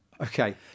Okay